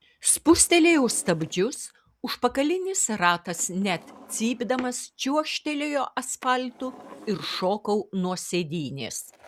spustelėjau stabdžius užpakalinis ratas net cypdamas čiuožtelėjo asfaltu ir šokau nuo sėdynės